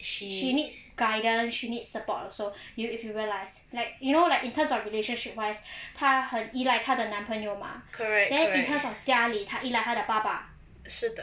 she need guidance she needs support also you if you realise like you know like in terms of relationship wise 她很依赖她的男朋友吗 then because of 家里她依赖他的爸爸